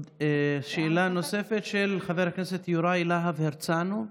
שאלה נוספת, של חבר הכנסת יוראי להב הרצנו.